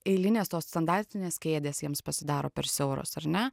eilinės tos standartinės kėdės jiems pasidaro per siauros ar ne